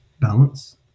balance